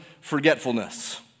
forgetfulness